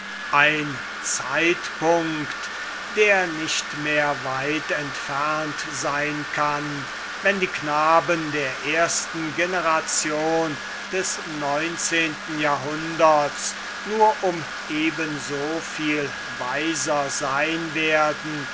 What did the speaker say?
ein zeitpunct der nicht mehr weit entfernt sein kann wenn die knaben in der ersten generation des neunzehnten jahrhunderts nur um eben so viel weiser sein werden